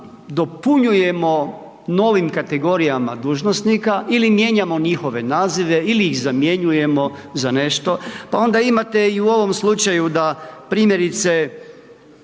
dopunjujemo novim kategorijama dužnosnika ili mijenjamo njihove nazive ili iz zamjenjujemo za nešto. Pa onda imate i u ovom slučaju da primjerice